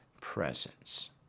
presence